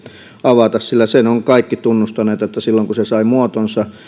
avata sillä sen ovat kaikki tunnustaneet että silloin kun se sai muotonsa